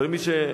ומי,